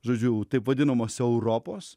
žodžiu taip vadinamos europos